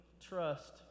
trust